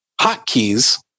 hotkeys